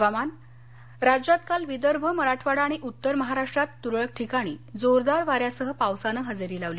हवामान राज्यात काल विदर्भ मराठवाडा आणि उत्तर महाराष्ट्रात तुरळक ठिकाणी जोरदार वाऱ्यासह पावसानं हजेरी लावली